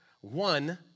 One